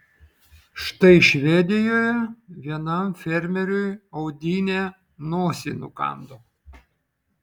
štai švedijoje vienam fermeriui audinė nosį nukando